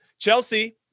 Chelsea